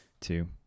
two